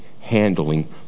handling